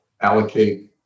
allocate